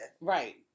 Right